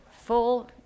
full